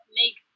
make